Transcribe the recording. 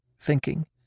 thinking